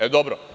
E, dobro.